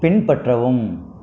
பின்பற்றவும்